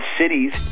cities